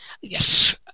yes